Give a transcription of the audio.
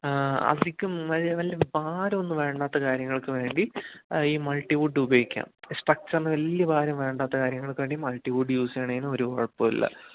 അധികം നല്ല ഭാരമൊന്നും വേണ്ടാത്ത കാര്യങ്ങൾക്കു വേണ്ടി ഈ മൾട്ടി വുഡ് ഉപയോഗിക്കാം സ്ട്രക്ച്ചറിനു വലിയ ഭാരം വേണ്ടാത്ത കാര്യങ്ങൾക്കു വേണ്ടി മൾട്ടി വുഡ് യൂസ് ചെയ്യുന്നതിന് ഒരു കുഴപ്പമില്ല